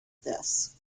this